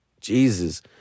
Jesus